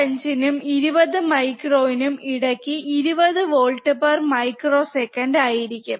5 നും 20 micro നും ഇടക് 20 volt per microsecond ആയിരിക്കും